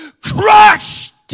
crushed